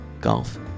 golf